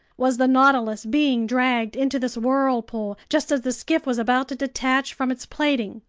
was the nautilus being dragged into this whirlpool just as the skiff was about to detach from its plating?